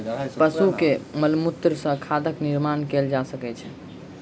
पशु के मलमूत्र सॅ खादक निर्माण कयल जा सकै छै